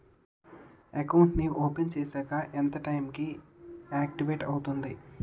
Account నీ open చేశాక ఎంత టైం కి ఆక్టివేట్ అవుతుంది?